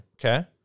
Okay